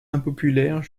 impopulaire